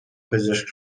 پزشک